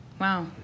Wow